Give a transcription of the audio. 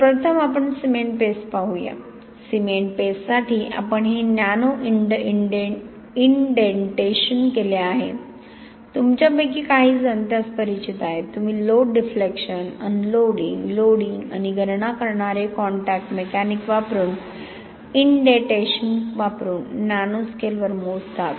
तर प्रथम आपण सिमेंट पेस्ट पाहू या सिमेंट पेस्टसाठी आपण हे नॅनो इंडेंटेशन केले आहे तुमच्यापैकी काही जण त्यास परिचित आहेत तुम्ही लोड डिफ्लेक्शन अनलोडिंग लोडिंग आणि गणना करणारे कॉन्टॅक्ट मेकॅनिक वापरून इंडेंटेशन वापरून नॅनो स्केलवर मोजता